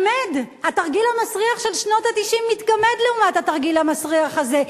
התרגיל המסריח של שנות ה-90 מתגמד לעומת התרגיל המסריח הזה.